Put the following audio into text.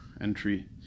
entry